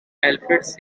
alfred